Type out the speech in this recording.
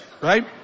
right